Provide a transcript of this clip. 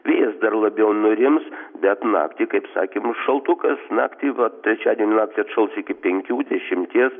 vėjas dar labiau nurims bet naktį kaip sakė šaltukas naktį va trečiadienio naktį atšals iki penkių dešimties